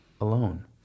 alone